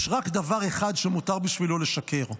יש רק דבר אחד שמותר בשבילו לשקר,